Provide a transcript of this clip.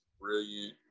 brilliant